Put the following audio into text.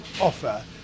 offer